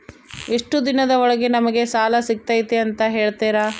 ಎಷ್ಟು ದಿನದ ಒಳಗೆ ನಮಗೆ ಸಾಲ ಸಿಗ್ತೈತೆ ಅಂತ ಹೇಳ್ತೇರಾ?